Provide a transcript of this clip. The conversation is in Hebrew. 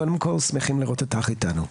קודם כל, שמחים לראות אותך איתנו.